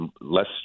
less